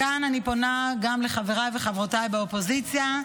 כאן אני פונה גם לחבריי וחברותיי באופוזיציה,